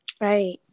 right